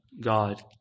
God